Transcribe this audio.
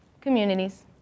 communities